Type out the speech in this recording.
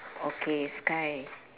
okay sky